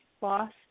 boss